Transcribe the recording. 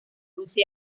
rusia